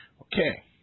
Okay